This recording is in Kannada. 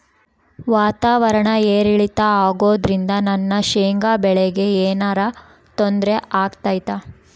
ವಾತಾವರಣ ಏರಿಳಿತ ಅಗೋದ್ರಿಂದ ನನ್ನ ಶೇಂಗಾ ಬೆಳೆಗೆ ಏನರ ತೊಂದ್ರೆ ಆಗ್ತೈತಾ?